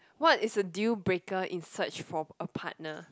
what is the deal breaker in search for a partner